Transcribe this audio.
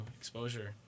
exposure